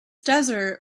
desert